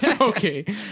Okay